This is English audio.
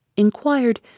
inquired